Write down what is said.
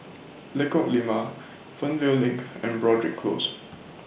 Lengkok Lima Fernvale LINK and Broadrick Close